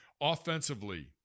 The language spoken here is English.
offensively